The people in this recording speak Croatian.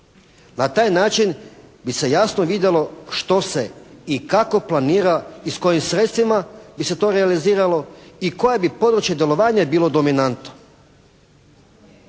Na taj način bi se jasno vidjelo što se i kako planira i s kojim sredstvima bi se to realiziralo i koje bi područje djelovanja bilo dominantno.